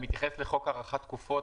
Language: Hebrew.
אתה מתייחס לחוק הארכת התקופות,